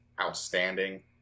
outstanding